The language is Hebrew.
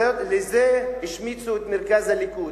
בזה השמיצו את מרכז הליכוד,